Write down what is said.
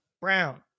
brown